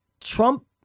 Trump